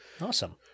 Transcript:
Awesome